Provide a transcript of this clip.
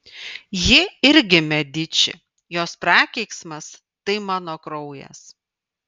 ji irgi mediči jos prakeiksmas tai mano kraujas